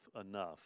enough